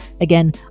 Again